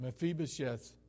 Mephibosheth